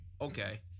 Okay